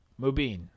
Mubin